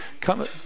come